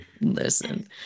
listen